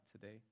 today